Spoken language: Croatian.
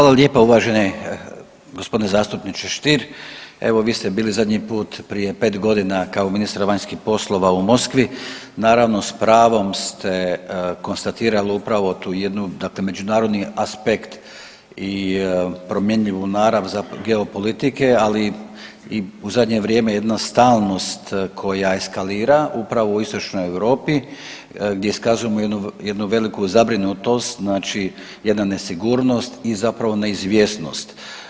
Hvala lijepa uvaženih gospodine zastupniče Stier, evo vi ste bili zadnji put prije 5 godina kao ministar vanjskih poslova u Moskvi, naravno s pravom ste konstatirali upravo tu jednu, dakle međunarodni aspekt i promjenjivu narav geopolitike, ali i u zadnje vrijeme jednostavnost koja eskalira upravo u Istočnoj Europi gdje iskazujemo jednu veliku zabrinutost, znači jedna nesigurnost i zapravo neizvjesnost.